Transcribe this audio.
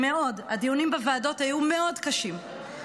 הדיונים בוועדות היו מאוד קשים,